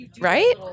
right